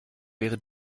wäre